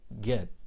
get